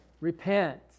repent